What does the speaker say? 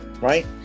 right